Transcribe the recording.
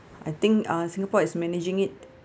I think uh singapore is managing it